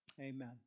Amen